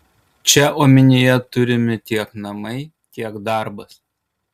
čia omenyje turimi tiek namai tiek darbas